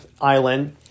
island